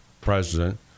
president